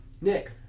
Nick